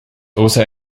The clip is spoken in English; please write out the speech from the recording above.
also